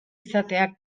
izateak